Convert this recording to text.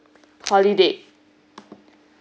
holiday